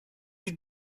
you